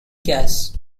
gas